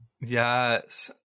Yes